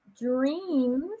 Dreams